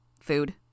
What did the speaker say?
Food